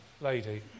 lady